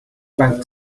bank